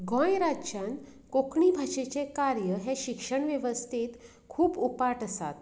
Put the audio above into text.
गोंय राज्यांत कोंकणी भाशेचें कार्य हें शिक्षण वेवस्थेंत खूब उपाट आसा